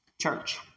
church